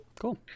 cool